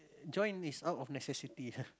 join is out of necessity ah